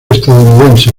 estadounidense